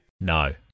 No